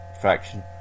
faction